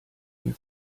mir